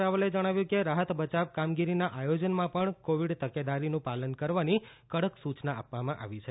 રાવલે જણાવ્યું છે કે રાહત બચાવ કામગીરીના આયોજનમાં પણ કોવિ ડ તકેદારીનું પાલન કરવાની કડક સુયના આપવામાં આવી છે